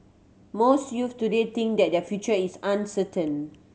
most youths today think that their future is uncertain